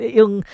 yung